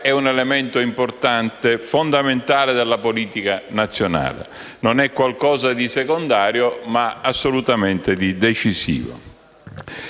è un elemento importante e fondamentale della politica nazionale, non è qualcosa di secondario, ma è assolutamente decisiva.